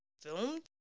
filmed